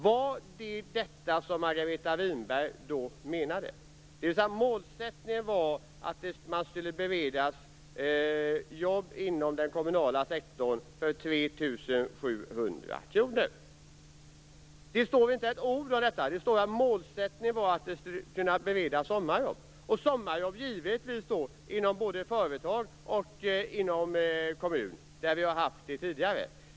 Menade Margareta Winberg då att man skulle bereda jobb inom den kommunala sektorn mot en lön av 3 700 kr? Det står inte ett ord om detta, utan det anges som målsättning att det skulle kunna beredas sommarjobb, givetvis både inom företag och inom kommuner, där sådana har förekommit tidigare.